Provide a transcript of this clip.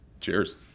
Cheers